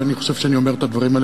אני חושב שאני אומר את הדברים האלה,